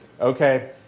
okay